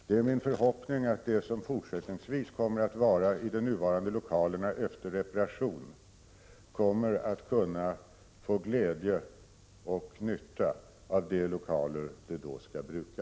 Det är min förhoppning att de som fortsättningsvis kommer att vara i de nuvarande lokalerna, efter reparation, kommer att få glädje och nytta av de lokaler de då skall bruka.